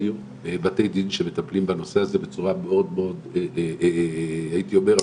בתי דין שמטפלים בנושא הזה בצורה מאוד מאוד הייתי אומר,